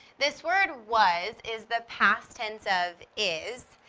this word was is the past tense of is.